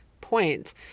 point